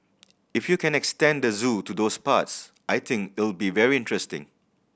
if you can extend the zoo to those parts I think it'll be very interesting